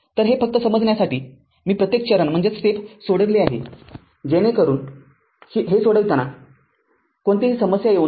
तरहे फक्त समजण्यासाठी मी प्रत्येक चरण सोडविले आहे जेणेकरून हे सोडविताना कोणतीही समस्या येऊ नये